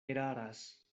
eraras